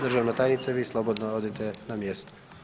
Državna tajnice, vi slobodno odite na mjesto.